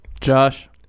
Josh